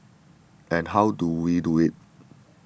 and how do we do it